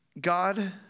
God